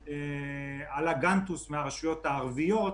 עלא גנטוס מן הרשויות הערביות,